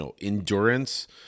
endurance